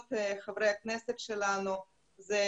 חברי הכנסת שלנו והישגיהם.